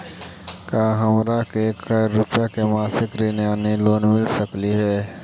का हमरा के एक हजार रुपया के मासिक ऋण यानी लोन मिल सकली हे?